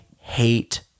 hate